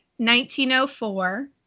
1904